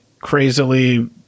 crazily